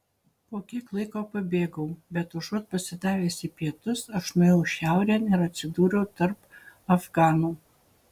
po kiek laiko pabėgau bet užuot pasidavęs į pietus aš nuėjau šiaurėn ir atsidūriau tarp afganų